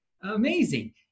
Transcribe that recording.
amazing